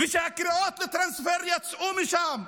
ושהקריאות לטרנספר יצאו משם,